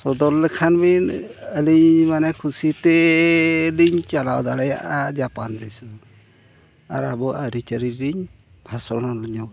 ᱥᱚᱫᱚᱨ ᱞᱮᱠᱷᱟᱱ ᱵᱤᱱ ᱟᱹᱞᱤᱧ ᱢᱟᱱᱮ ᱠᱩᱥᱤᱛᱮᱻ ᱞᱤᱧ ᱪᱟᱞᱟᱣ ᱫᱟᱲᱮᱭᱟᱜᱼᱟ ᱡᱟᱯᱟᱱ ᱫᱤᱥᱚᱢ ᱟᱨ ᱟᱵᱚᱣᱟᱜ ᱟᱹᱨᱤᱪᱟᱹᱞᱤ ᱞᱤᱧ ᱵᱷᱟᱥᱚᱱ ᱧᱚᱜᱟ